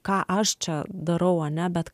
ką aš čia darau ane bet